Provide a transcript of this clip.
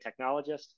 technologist